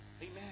Amen